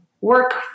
work